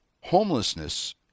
Homelessness